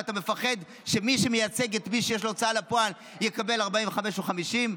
ואתה מפחד שמי שמייצג את מי שיש לו הוצאה לפועל יקבל 45 או 50?